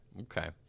okay